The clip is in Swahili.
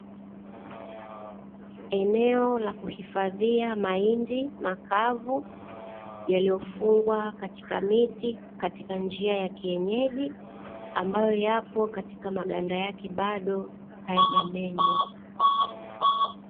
Eneo la kuhifadhia mahindi makavu yaliyofungwa katika miti katika njia ya kienyeji ambayo yapo katika maganda yake bado hayajamenywa.